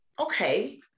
okay